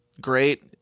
great